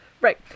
Right